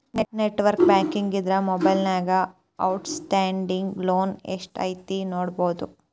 network banking ಇದ್ರ ಮೊಬೈಲ್ನ್ಯಾಗ outstanding loan ಎಷ್ಟ್ ಐತಿ ನೋಡಬೋದು